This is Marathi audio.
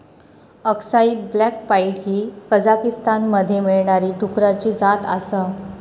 अक्साई ब्लॅक पाईड ही कझाकीस्तानमध्ये मिळणारी डुकराची जात आसा